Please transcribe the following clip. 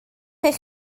eich